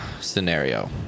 scenario